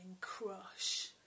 crush